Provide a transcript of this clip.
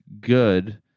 good